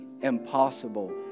impossible